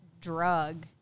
drug